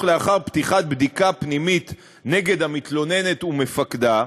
לאחר פתיחת בדיקה פנימית נגד המתלוננת ומפקדה,